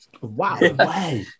wow